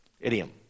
Idiom